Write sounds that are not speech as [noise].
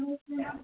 [unintelligible]